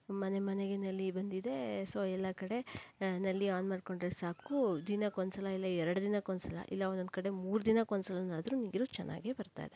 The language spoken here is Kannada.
ಮನೆ ಮನೆಗೆ ನಲ್ಲಿ ಬಂದಿದೆ ಸೊ ಎಲ್ಲ ಕಡೆ ನಲ್ಲಿ ಆನ್ ಮಾಡಿಕೊಂಡರೆ ಸಾಕು ದಿನಕ್ಕೆ ಒಂದ್ಸಲ ಇಲ್ಲ ಎರಡು ದಿನಕ್ಕೆ ಒಂದ್ಸಲ ಇಲ್ಲ ಒಂದೊಂದು ಕಡೆ ಮೂರು ದಿನಕ್ಕೊಂದ್ಸಲಾನಾದ್ರೂ ನೀರು ಚೆನ್ನಾಗೇ ಬರ್ತಾ ಇದೆ